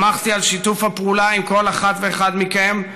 שמחתי על שיתוף הפעולה עם כל אחת ואחד מכם,